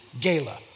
Gala